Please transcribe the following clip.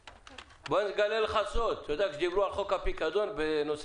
אגלה לך סוד: כשדיברו על חוק הפיקדון בנושא